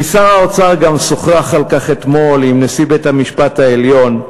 כי שר האוצר גם שוחח על כך אתמול עם נשיא בית-המשפט העליון,